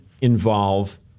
involve